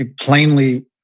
plainly